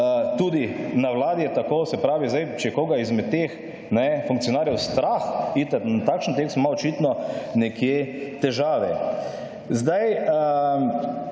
tudi na vladi je tako. Se pravi, zdaj, če je koga izmed teh funkcionarjev strah iti na takšen test ima očitno nekje težave. Zdaj,